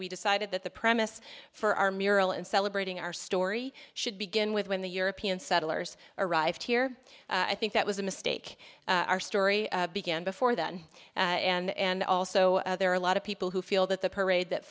we decided that the premise for our mural and celebrating our story should begin with when the european settlers arrived here i think that was a mistake our story began before that and also there are a lot of people who feel that the parade that